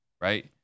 right